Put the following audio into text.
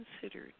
considered